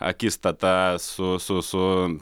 akistatą su su su